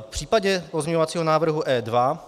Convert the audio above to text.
V případě pozměňovacího návrhu E2